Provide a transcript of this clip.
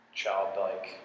childlike